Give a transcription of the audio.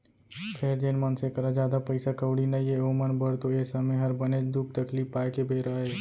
फेर जेन मनसे करा जादा पइसा कउड़ी नइये ओमन बर तो ए समे हर बनेच दुख तकलीफ पाए के बेरा अय